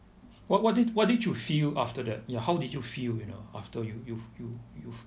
what what did what did you feel after that ya how did you feel you know after you you you you've